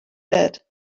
bed